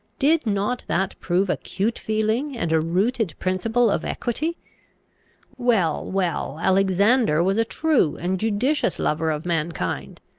did not that prove acute feeling and a rooted principle of equity well, well, alexander was a true and judicious lover of mankind,